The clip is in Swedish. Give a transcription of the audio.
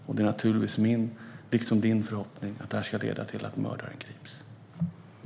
Och det är naturligtvis min, liksom din, förhoppning att detta ska leda till att mördaren grips.